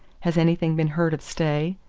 has anything been heard of stay?